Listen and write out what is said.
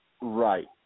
Right